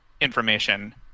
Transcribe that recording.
information